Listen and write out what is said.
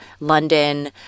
London